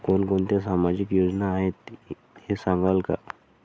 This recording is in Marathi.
कोणकोणत्या सामाजिक योजना आहेत हे सांगाल का?